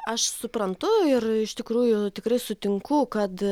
aš suprantu ir iš tikrųjų tikrai sutinku kad